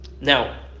Now